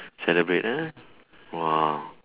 celebrate ah !wah!